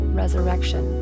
resurrection